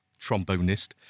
trombonist